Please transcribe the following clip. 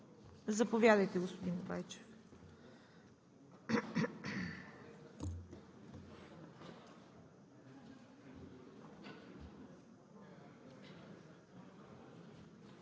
Заповядайте, господин Байчев.